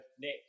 Nick